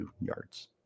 yards